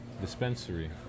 dispensary